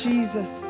Jesus